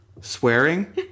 Swearing